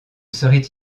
serait